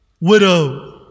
widow